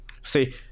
See